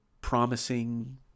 promising